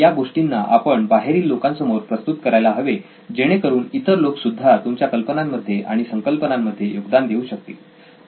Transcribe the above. या गोष्टींना आपण बाहेरील लोकांसमोर प्रस्तुत करायला हवे जेणेकरून इतर लोक सुद्धा तुमच्या कल्पनांमध्ये आणि संकल्पनांमध्ये योगदान देऊ शकतील